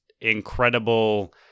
incredible